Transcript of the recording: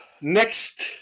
Next